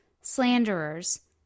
slanderers